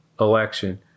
election